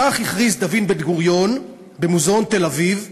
כך הכריז דוד בן-גוריון במוזיאון תל-אביב בשדרות-רוטשילד,